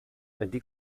die